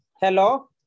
Hello